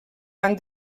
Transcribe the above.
van